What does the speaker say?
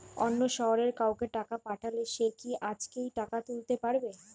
অন্য শহরের কাউকে টাকা পাঠালে সে কি আজকেই টাকা তুলতে পারবে?